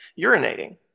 urinating